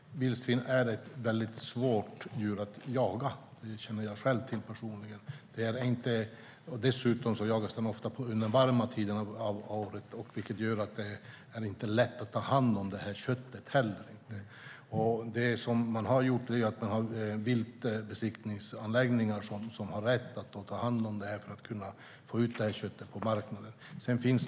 Fru talman! Vildsvin är ett svårt djur att jaga. Det känner jag till personligen. Dessutom jagas de ofta under den varma tiden av året, vilket gör att det inte är lätt att ta hand om köttet. Viltbesiktningsanläggningar har rätt att ta hand om köttet för att få ut det på marknaden.